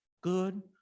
good